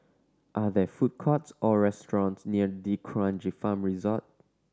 are there food courts or restaurants near D'Kranji Farm Resort